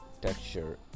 Texture